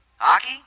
Aki